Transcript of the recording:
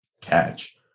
catch